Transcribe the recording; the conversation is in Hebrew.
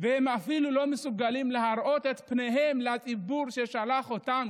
והם אפילו לא מסוגלים להראות את פניהם לציבור ששלח אותם,